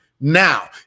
Now